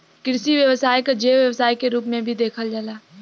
कृषि व्यवसाय क जैव व्यवसाय के रूप में भी देखल जाला